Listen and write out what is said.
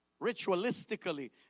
ritualistically